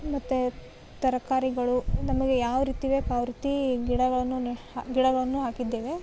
ಮತ್ತು ತರಕಾರಿಗಳು ನಮಗೆ ಯಾವ ರೀತಿ ಬೇಕು ಆ ರೀತಿ ಗಿಡಗಳನ್ನು ನೆ ಗಿಡವನ್ನು ಹಾಕಿದ್ದೇವೆ